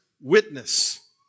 witness